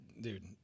Dude